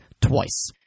twice